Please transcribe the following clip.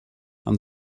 and